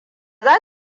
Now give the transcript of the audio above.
za